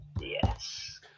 yes